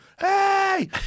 hey